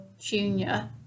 junior